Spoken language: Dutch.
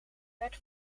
werd